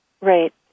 Right